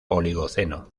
oligoceno